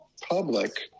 public